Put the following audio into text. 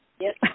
Yes